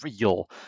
real